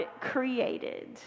created